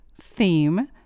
theme